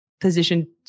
position